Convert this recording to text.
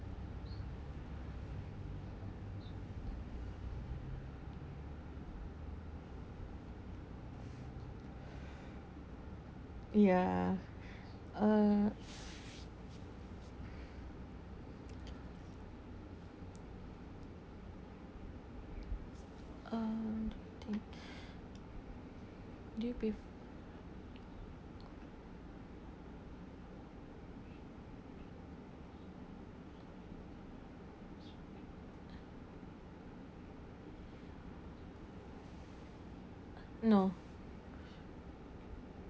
ya uh uh no